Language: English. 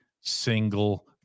single